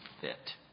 fit